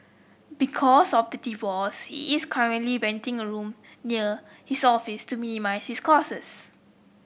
because of the divorce he is currently renting a room near his office to minimise his